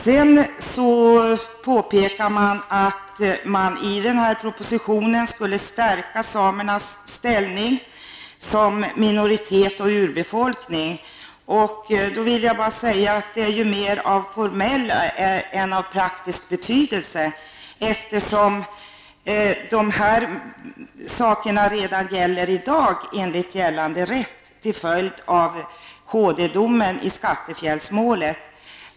Vidare påpekar de att man i propositionen skulle stärka samernas ställning som minoritet och urbefolkning. Detta är ju mera av formell än av praktisk betydelse. Så är det ju redan i dag enligt gällande rätt till följd av HD-domen i skattefjällsmålet.